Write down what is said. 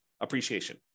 appreciation